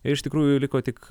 ir iš tikrųjų liko tik